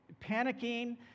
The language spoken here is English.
panicking